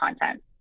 content